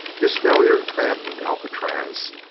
his failure maddened alcatraz.